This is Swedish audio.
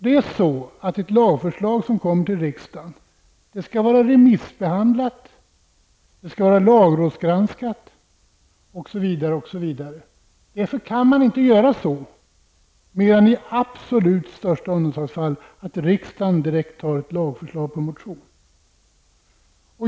Det lagförslag som kommer till riksdagen skall vara remissbehandlat, det skall vara lagrådsgranskat m.m. Därför skall inte riksdagen, mer än i absolut största undantagsfall, anta ett lagförslag direkt med anledning av en motion.